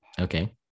okay